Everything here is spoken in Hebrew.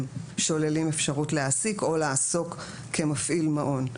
שוללים אפשרות להעסיק או לעסוק כמפעיל מעון.